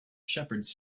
shepherds